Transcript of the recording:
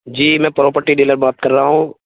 جی میں property dealer بات کر رہا ہوں